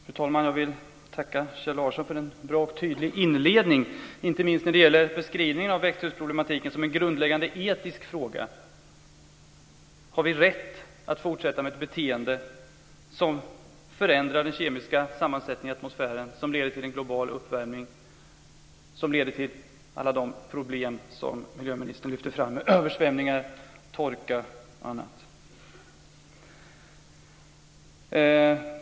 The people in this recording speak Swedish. Fru talman! Jag vill tacka Kjell Larsson för en bra och tydlig inledning, inte minst när det gäller beskrivningen av växthusproblematiken som en grundläggande etisk fråga. Har vi rätt att fortsätta med ett beteende som förändrar den kemiska sammansättningen i atmosfären, som leder till en global uppvärmning, som leder till alla de problem som miljöministern lyfte fram - översvämningar, torka och annat?